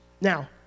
Now